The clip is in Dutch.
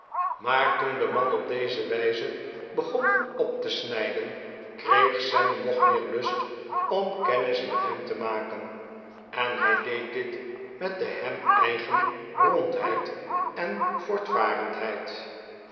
maar toen de man op deze wijze begon op te snijden kreeg sam nog meer lust om kennis met hem te maken en hij deed dit met de hem eigen rondheid en voortvarendheid